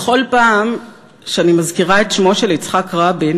בכל פעם שאני מזכירה את שמו של יצחק רבין